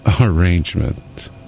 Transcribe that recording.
arrangement